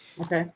okay